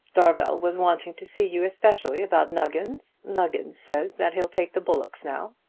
darvel was wanting to see you especially about nuggins. nuggins says that he'll take the bullocks now.